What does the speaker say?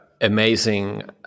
amazing